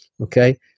Okay